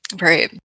right